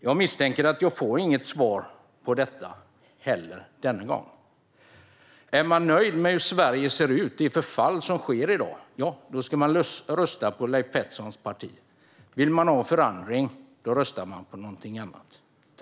Jag misstänker att jag inte får något svar på det den här gången heller. Om man är nöjd med det förfall som sker i Sverige i dag ska man rösta på Leif Petterssons parti. Om man vill ha förändring röstar man på något annat.